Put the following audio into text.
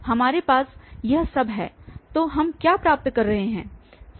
हमारे पास यह सब हैं तो हम क्या प्राप्त कर रहे हैं 74